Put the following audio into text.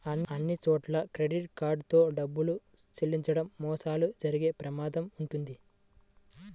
అన్నిచోట్లా credit card తో డబ్బులు చెల్లించడం మోసాలు జరిగే ప్రమాదం వుంటది